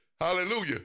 hallelujah